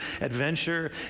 adventure